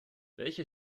welche